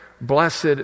Blessed